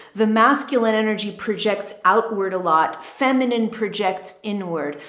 the masculine energy projects outward a lot feminine projects inward.